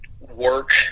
work